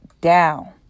down